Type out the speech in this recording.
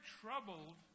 troubled